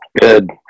Good